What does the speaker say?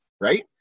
right